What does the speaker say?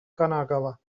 kanagawa